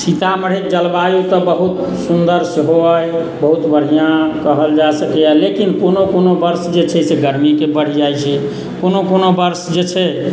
सीतामढ़ीक जलवायु तऽ बहुत सुन्दर सेहो अइ बहुत बढ़िआँ कहल जा सकैया लेकिन कोनो कोनो वर्ष जे छै गर्मीके बढ़ि जाइत छै कोनो कोनो वर्ष जे छै